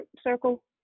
circle